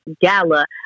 Gala